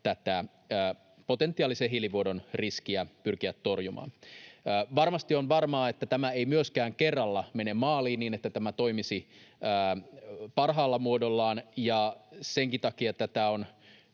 tätä potentiaalisen hiilivuodon riskiä merkittävästi pyrkiä torjumaan. Varmasti on varmaa, että tämä ei myöskään kerralla menee maaliin niin, että tämä toimisi parhaalla muodollaan, ja senkin takia tätä on